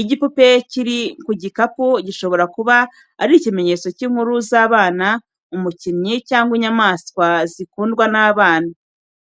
Igipupe kiri ku gikapu gishobora kuba ari ikimenyetso cy'inkuru z'abana, umukinnyi cyangwa inyamaswa zikundwa n'abana.